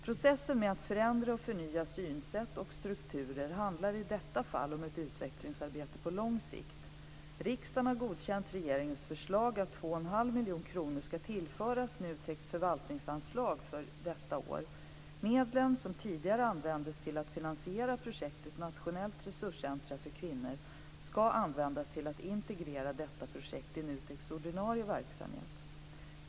Processen med att förändra och förnya synsätt och strukturer handlar i detta fall om ett utvecklingsarbete på lång sikt. Riksdagen har godkänt regeringens förslag att 2,5 miljoner kronor ska tillföras NUTEK:s förvaltningsanslag för detta år. Medlen, som tidigare användes till att finansiera projektet Nationellt resurscentrum för kvinnor, ska användas till att integrera detta projekt i NUTEK:s ordinarie verksamhet.